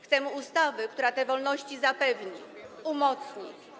Chcemy ustawy, która te wolności zapewni, umocni.